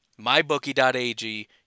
MyBookie.ag